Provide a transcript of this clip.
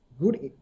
good